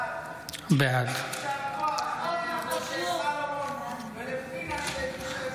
בעד יישר כוח למשה סולומון ולפנינה,